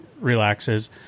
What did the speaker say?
relaxes